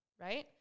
right